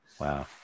Wow